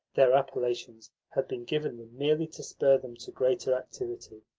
their appellations had been given them merely to spur them to greater activity,